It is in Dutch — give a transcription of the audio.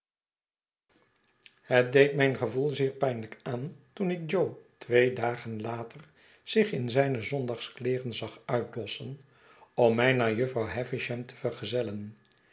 het deed mijn gevoel zeer pijnlijk aan toen ik jo twee dagen later zich in zijne zondagskleeren zag uitdossen om mij naar jufvrouw havisham te vergezellen